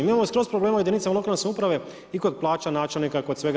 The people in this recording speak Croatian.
Mi imamo skroz problema u jedinicama lokalne samouprave i kod plaće načelnika i kod svega.